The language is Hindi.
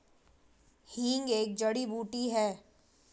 हींग एक जड़ी बूटी है